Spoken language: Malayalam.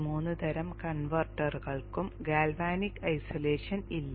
ഈ മൂന്ന് തരം കൺവെർട്ടറുകൾക്കും ഗാൽവാനിക് ഐസൊലേഷൻ ഇല്ല